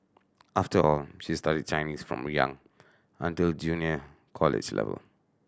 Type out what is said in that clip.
after all she studied Chinese from young until junior college level